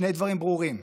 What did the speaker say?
שני דברים ברורים: